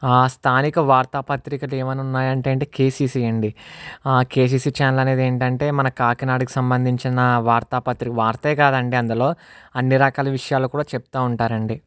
స్థానిక వార్తాపత్రికలు ఏవైనా ఉన్నాయంటే అండి కేసిసి అండి ఆ కేసిసి ఛానల్ ఏమిటి అంటే మన కాకినాడకి సంబంధించిన వార్తా పత్రిక వార్తే కాదు అండి అందులో అన్ని రకాల విషయాలు కూడా చెప్తా ఉంటారు అండి